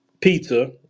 pizza